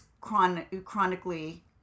chronically